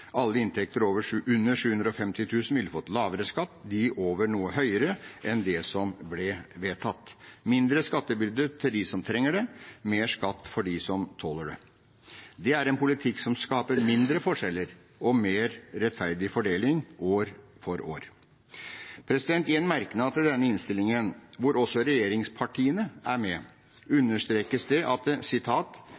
Alle med inntekt under 750 000 kr ville fått lavere skatt, de med inntekt over det ville fått noe høyere skatt enn det som ble vedtatt – mindre skattebyrde på dem som trenger det, mer skatt for dem som tåler det. Det er en politikk som skaper mindre forskjeller og mer rettferdig fordeling – år for år. I en merknad i denne innstillingen, der også regjeringspartiene er med,